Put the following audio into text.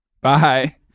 Bye